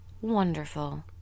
wonderful